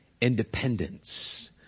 independence